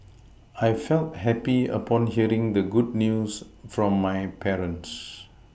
I felt happy upon hearing the good news from my parents